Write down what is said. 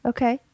Okay